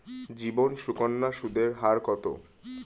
জীবন সুকন্যা সুদের হার কত?